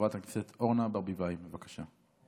חברת הכנסת אורנה ברביבאי, בבקשה.